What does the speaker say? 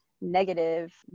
negative